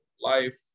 life